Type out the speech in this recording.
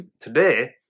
Today